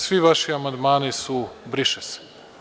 Svi vaši amandmani su „briše se“